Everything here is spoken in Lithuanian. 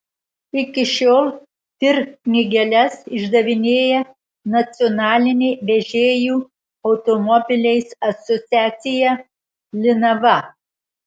iki šiol tir knygeles išdavinėja nacionalinė vežėjų automobiliais asociacija linava